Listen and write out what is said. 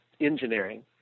engineering